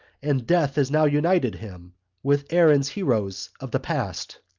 and death has now united him with erin's heroes of the past.